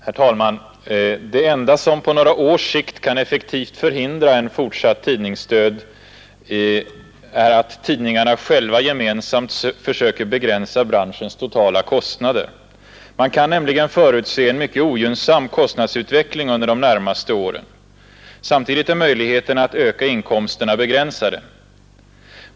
Herr talman! Det enda som på några års sikt kan effektivt förhindra en fortsatt tidningsdöd är att tidningarna själva gemensamt söker begränsa branschens totala kostnader. Man kan nämligen förutse en mycket ogynnsam kostnadsutveckling under de närmaste åren. Samtidigt är möjligheterna att öka inkomsterna begränsade.